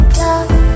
love